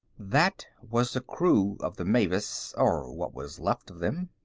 that was the crew of the mavis or what was left of them.